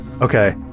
Okay